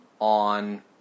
on